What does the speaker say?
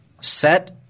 Set